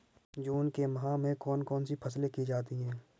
जून के माह में कौन कौन सी फसलें की जाती हैं?